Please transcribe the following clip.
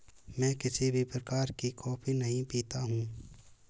मैं किसी भी प्रकार की कॉफी नहीं पीता हूँ